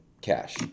cash